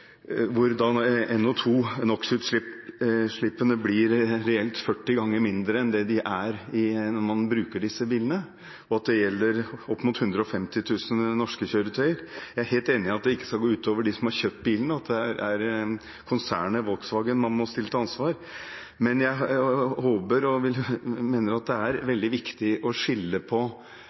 blir reelt 40 ganger mindre enn det de er når man bruker disse bilene. Dette gjelder opp mot 150 000 norske kjøretøy. Jeg er helt enig i at det ikke skal gå ut over dem som har kjøpt bilene, og at det er konsernet Volkswagen man må stille til ansvar. Men jeg mener at det er veldig viktig å skille mellom en teknisk omjustering av avgiftsgrunnlaget på